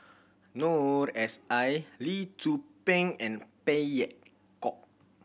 Noor S I Lee Tzu Pheng and Phey Yew Kok